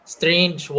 Strange